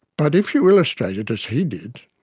but if you illustrate it, as he did,